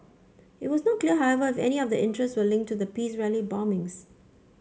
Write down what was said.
it was not clear however if any of the arrests were linked to the peace rally bombings